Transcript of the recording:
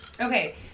Okay